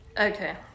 okay